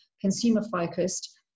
consumer-focused